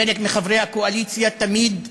חלק מחברי הקואליציה תמיד סובלים,